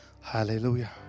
Hallelujah